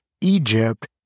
Egypt